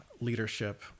leadership